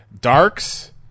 darks